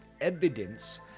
evidence